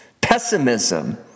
pessimism